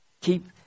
Keep